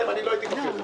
אני לא הייתי בחדר.